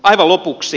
aivan lopuksi